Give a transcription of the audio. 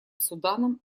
суданом